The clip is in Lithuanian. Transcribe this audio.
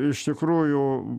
iš tikrųjų